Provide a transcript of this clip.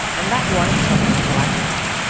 and that won't stop anaphylaxis.